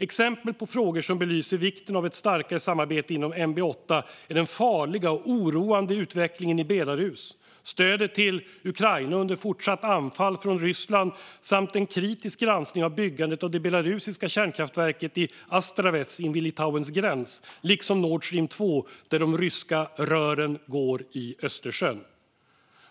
Exempel på frågor som belyser vikten av ett starkare samarbete inom NB8 är den farliga och oroande utvecklingen i Belarus, stödet till Ukraina under fortsatta anfall från Ryssland samt en kritisk granskning av byggandet av det belarusiska kärnkraftverket i Astravets invid Litauens gräns liksom Nord Stream 2 där de ryska rören går i Östersjön.